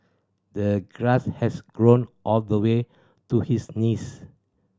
the grass has grown all the way to his knees